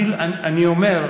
אני שואלת.